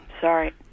Sorry